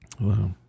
Wow